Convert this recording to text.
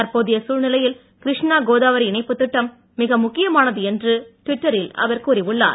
தற்போதைய சூழ்நிலையில் கிருஷ்ணா கோதாவர இணைப்புத் திட்டம் மிக முக்கியமானது என்று ட்விட்டரில் அவர் கூறியுள்ளார்